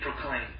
proclaim